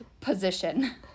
position